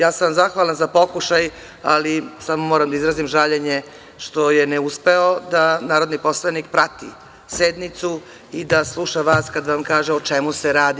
Ja sam vam zahvalna za pokušaj, ali moram da izrazim žaljenje što je neuspeo da narodni poslanik prati sednicu i da sluša vas kad vam kaže o čemu se radi.